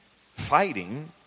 fighting